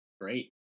great